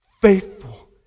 faithful